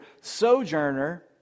sojourner